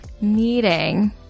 meeting